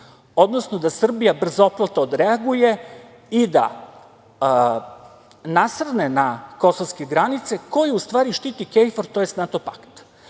odnosno da Srbija brzopleto odreaguje i da nasrne na kosovske granice koje u stvari štiti KFOR, tj. NATO pakt.